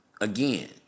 again